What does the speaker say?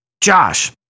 Josh